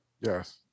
Yes